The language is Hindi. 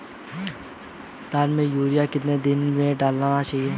धान में यूरिया कितने दिन में डालना चाहिए?